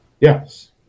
Yes